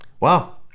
Wow